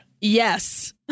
Yes